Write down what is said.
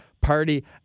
party